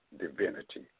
divinity